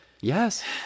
Yes